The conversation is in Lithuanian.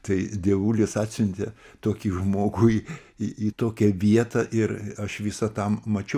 tai dievulis atsiuntė tokį žmogų į į į tokią vietą ir aš visą tą mačiau